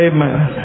Amen